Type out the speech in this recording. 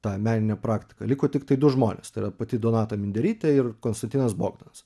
tą meninę praktiką liko tiktai du žmonės tai yra pati donata minderytė ir konstantinas bogdanas